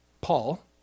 Paul